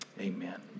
Amen